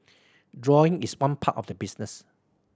drawing is one part of the business